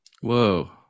Whoa